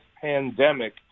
pandemic